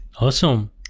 awesome